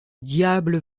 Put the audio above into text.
diable